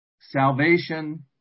salvation